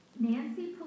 Nancy